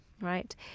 right